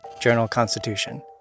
Journal-Constitution